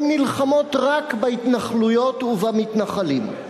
הן נלחמות רק בהתנחלויות ובמתנחלים,